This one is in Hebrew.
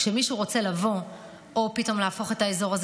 כאשר מישהו רוצה לבוא ולהפוך את האזור הזה